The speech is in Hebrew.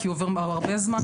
כי עובר הרבה זמן,